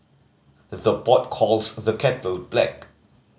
the pot calls the kettle black